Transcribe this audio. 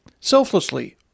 selflessly